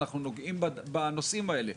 אנחנו נוגעים בנושאים האלה?